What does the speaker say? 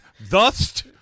Thus